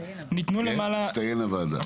מצטיין הוועדה.